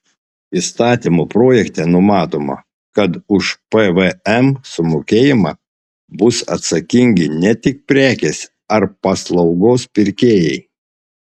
įstatymo projekte numatoma kad už pvm sumokėjimą bus atsakingi ne tik prekės ar paslaugos pirkėjai